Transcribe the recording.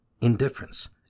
indifference